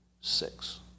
Six